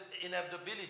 inevitability